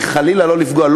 הוא חלילה לא לפגוע,